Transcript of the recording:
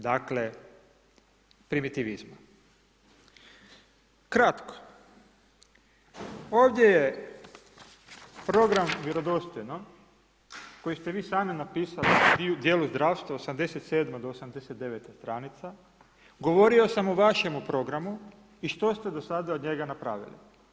Kratko, ovdje je program vjerodostojno koji ste vi sami napisali u dijelu zdravstva 87 do 89 stranica, govorio sam o vašemu programu i što ste do sada od njega napravili.